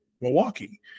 Milwaukee